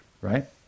right